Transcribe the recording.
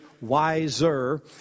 wiser